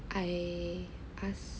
I ask